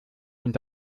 und